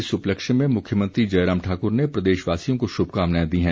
इस उपलक्ष्य में मुख्यमंत्री जयराम ठाकुर ने प्रदेशवासियों को शुभकामनाएं दी हैं